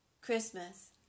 Christmas